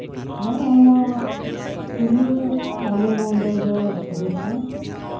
ᱱᱚᱜᱼᱚ ᱱᱚᱣᱟ ᱠᱷᱩᱵᱮ ᱟᱞᱮ ᱱᱚᱸᱰᱮ ᱫᱚ ᱥᱚᱨᱚᱥᱟ